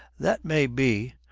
that may be